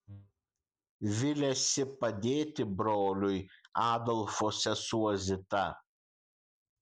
viliasi padėti broliui adolfo sesuo zita